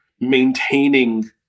maintaining